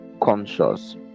conscious